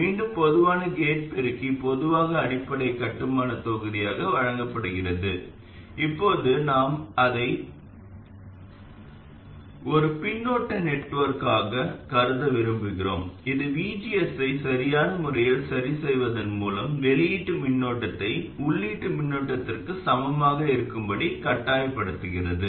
மீண்டும் பொதுவான கேட் பெருக்கி பொதுவாக அடிப்படை கட்டுமானத் தொகுதியாக வழங்கப்படுகிறது இப்போது நாம் அதை ஒரு பின்னூட்ட நெட்வொர்க்காக கருத விரும்புகிறோம் இது vgs ஐ சரியான முறையில் சரிசெய்வதன் மூலம் வெளியீட்டு மின்னோட்டத்தை உள்ளீட்டு மின்னோட்டத்திற்கு சமமாக இருக்கும்படி கட்டாயப்படுத்துகிறது